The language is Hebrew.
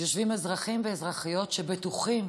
יושבים אזרחים ואזרחיות שבטוחים